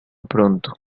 pronto